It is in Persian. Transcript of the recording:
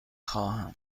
خواهم